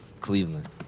Cleveland